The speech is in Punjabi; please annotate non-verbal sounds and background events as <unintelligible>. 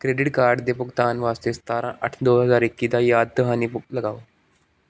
ਕਰੇਡਿਟ ਕਾਰਡ ਦੇ ਭੁਗਤਾਨ ਵਾਸਤੇ ਸਤਾਰ੍ਹਾਂ ਅੱਠ ਦੋ ਹਜ਼ਾਰ ਇੱਕੀ ਦਾ ਯਾਦ ਦਹਾਨੀ <unintelligible> ਲਗਾਓ